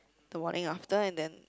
the morning after and then